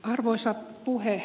arvoisa puhemies